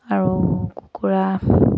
আৰু কুকুৰা